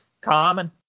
common